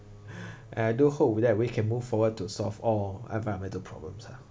I do hope we that we can move forward to solve all environmental problems ah